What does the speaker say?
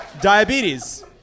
Diabetes